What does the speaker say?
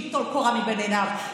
שייטול קורה מבין עיניו.